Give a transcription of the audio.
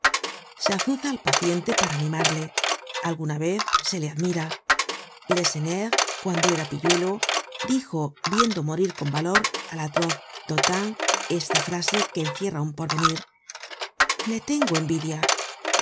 se azuza al paciente para animarle alguna vez se le admira lacenaire cuando era pilludo dijo viendo morir con valor al atroz dautun esta frase que encierra un porvenir le tengo envidia